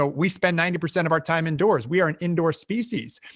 ah we spend ninety percent of our time indoors. we are an indoor species.